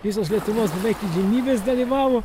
visos lietuvos beveik įžymybės dalyvavo